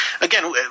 Again